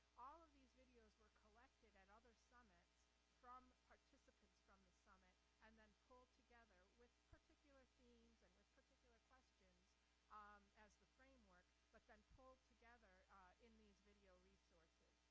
all of these videos were collected at other summits from participants from the summit, and then pulled together with particular themes and with particular questions um as the framework but then pulled together in these video resources.